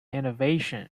innovation